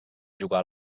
jugar